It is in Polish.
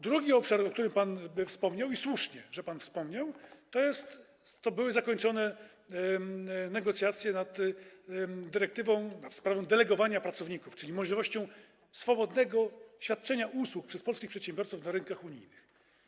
Drugi obszar, o którym pan wspomniał, i słusznie, że pan wspomniał, to były zakończone negocjacje nad dyrektywą w sprawie delegowania pracowników, czyli możliwością swobodnego świadczenia usług przez polskich przedsiębiorców na rynkach unijnych.